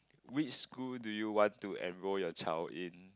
which school do you want to enroll your child in